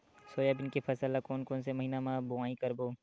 Soybean के फसल ल कोन कौन से महीना म बोआई करबो?